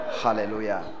hallelujah